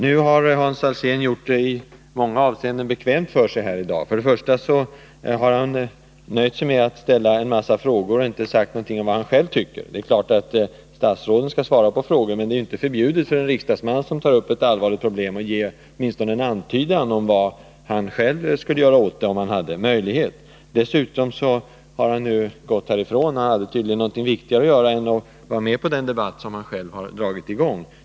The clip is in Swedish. Nu har Hans Alsén i många avseenden gjort det bekvämt för sig här i dag. Han har nöjt sig med att ställa en massa frågor men inte sagt något om vad han själv tycker. Det är klart att statsråd skall svara på frågor, men det är ju inte förbjudet för en riksdagsman som tar upp ett allvarligt problem att ge åtminstone en antydan om vad han själv skulle göra åt det om han hade möjlighet. Dessutom har Hans Alsén nu gått härifrån. Han hade tydligen något viktigare att göra än att vara med i den debatt som han själv har dragit i gång.